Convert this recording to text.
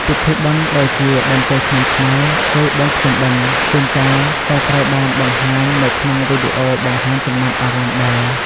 ពិធីបុណ្យដូចជាបុណ្យចូលឆ្នាំខ្មែរ ឬបុណ្យភ្ជុំបិណ្ឌ ជួនកាលក៏ត្រូវបានបង្ហាញនៅក្នុងវីដេអូបង្ហាញចំណាប់អារម្មណ៍ដែរ។